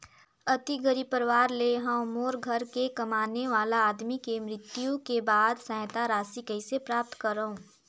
अति गरीब परवार ले हवं मोर घर के कमाने वाला आदमी के मृत्यु के बाद सहायता राशि कइसे प्राप्त करव?